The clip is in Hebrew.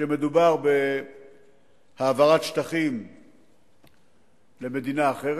כשמדובר בהעברת שטחים למדינה אחרת,